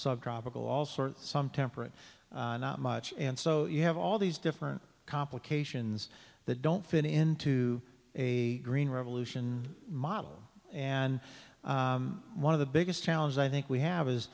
subtropical all sorts some temperate not much and so you have all these different complications that don't fit into a green revolution model and one of the biggest challenges i think we have is